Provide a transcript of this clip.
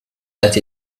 that